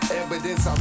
evidence